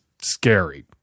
scary